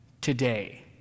today